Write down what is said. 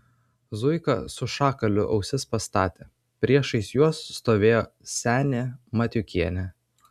zuika su šakaliu ausis pastatė priešais juos stovėjo senė matiukienė